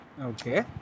Okay